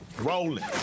Rolling